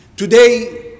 Today